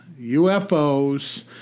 UFOs